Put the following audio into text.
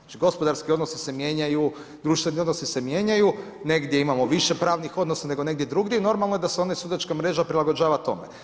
Znači, gospodarski odnosi se mijenjaju, društveni odnosi se mijenjaju, negdje imamo više pravnih odnosa nego negdje drugdje i normalno je da se onda sudačka mreža prilagođava tome.